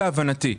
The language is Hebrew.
זו להבנתי.